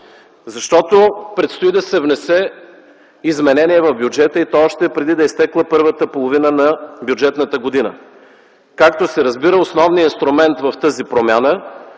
Защото предстои да се внесе изменение в бюджета и то още преди да е изтекла първата половина на бюджетната година. Както се разбира, основният инструмент в тази промяна